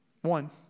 One